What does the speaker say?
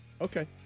Okay